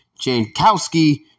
Jankowski